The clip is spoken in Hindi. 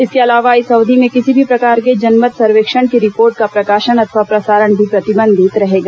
इसके अलावा इस अवधि में किसी भी प्रकार के जनमत सर्वेक्षण की रिपोर्ट का प्रकाशन अथवा प्रसारण भी प्रतिबंधित रहेगा